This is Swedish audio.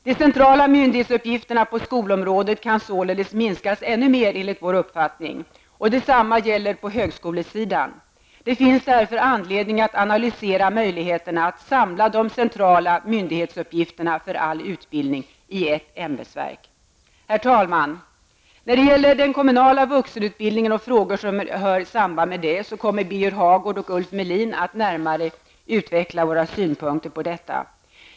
De centrala myndighetsuppgifterna på skolområdet kan således minskas ännu mer enligt vår uppfattning. Detsamma gäller på högskolesidan. Det finns därför anledning att analysera möjligheterna att samla de centrala myndighetsuppgifterna för all utbildning i ett ämbetsverk. Herr talman! När det gäller den kommunala vuxenutbildningen och frågor som hör samman med den kommer Birger Hagård och Ulf Melin att närmare utveckla våra synpunkter.